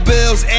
Bills